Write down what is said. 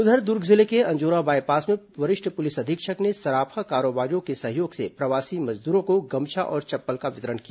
उधर दुर्ग जिले के अंजोरा बायपास में वरिष्ठ पुलिस अधीक्षक ने सराफा कारोबारियों के सहयोग से प्रवासी मजदूरों को गमछा और चप्पल का वितरण किया